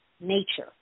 nature